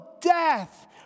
death